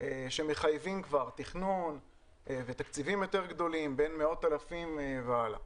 שמחייבים תכנון ותקציבים יותר גדולים בין סכומים של מאות אלפים והלאה.